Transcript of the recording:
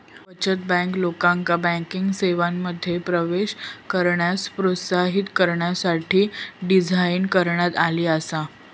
बचत बँक, लोकांका बँकिंग सेवांमध्ये प्रवेश करण्यास प्रोत्साहित करण्यासाठी डिझाइन करण्यात आली आसा